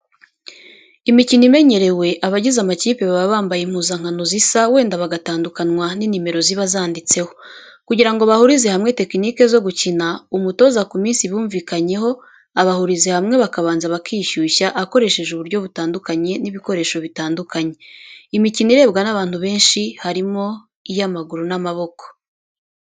Imikino imenyerewe, abagize amakipe baba bambaye impuzankano zisa wenda bagatandukanwa n'inimero ziba zanditseho. Kugira ngo bahurize hamwe tekenike zo gukina, umutoza ku minsi bumvikanyeho abahuriza hamwe bakabanza bakishyushya akoresheje uburyo butandukanye n'ibikoresho bitandukanye. Imikino irebwa n'abantu benshi harimo iy'amaguru n'amaboko.